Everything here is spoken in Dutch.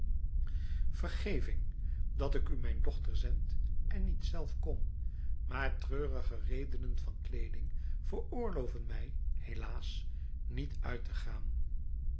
vergeving dat ik u mijn dochter zend en niet zelf kom maar treurige redenen van kleeding veroorloven mij helaas niet uit te gaan